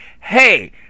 hey